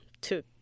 two